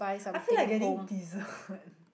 I feel like getting dessert